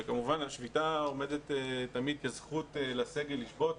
כמובן השביתה עומדת תמיד כזכות לסגל לשבות.